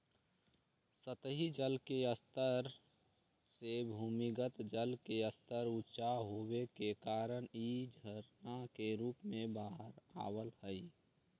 सतही जल के स्तर से भूमिगत जल के स्तर ऊँचा होवे के कारण इ झरना के रूप में बाहर आवऽ हई